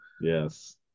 Yes